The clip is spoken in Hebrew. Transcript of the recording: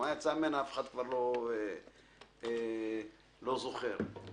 אף אחד כבר לא זוכר מה יצא ממנה.